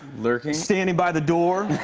lurking. standing by the door.